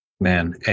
man